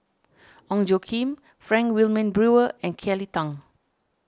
Ong Tjoe Kim Frank Wilmin Brewer and Kelly Tang